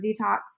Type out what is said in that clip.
detox